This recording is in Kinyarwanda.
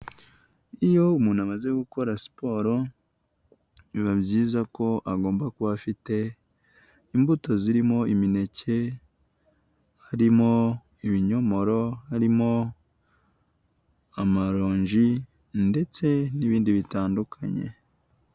Iyo umuntu amaze gukora siporo biba byiza ko agomba kuba afite imbuto zirimo imineke harimo ibinyomoro harimo amaronji ndetse n'ibindi bitandukanye.